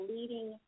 Leading